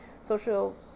social